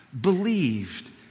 believed